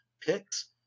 picks